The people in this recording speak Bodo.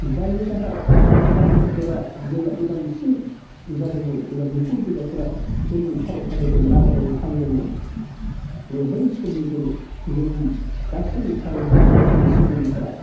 जायनि थाखाय भारत हादरा जेब्ला उदांस्रि जादोंमोन एबा बिगुर गोजाफोरा जोंनि भारत हादरखौ नागारनानै थांदोंमोन अब्ला बै समनिफ्रायनो जोंनि गासै भारतनि नोगोरारि सुबुंफोरा